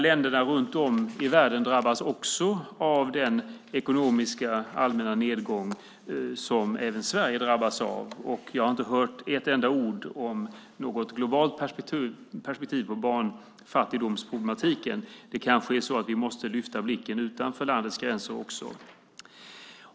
Länderna runt om i världen drabbas också av den ekonomiska allmänna nedgång som även Sverige drabbas av. Jag har inte hört ett enda ord om något globalt perspektiv på barnfattigdomsproblematiken. Vi kanske måste lyfta blicken utanför landets gränser också.